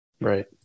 Right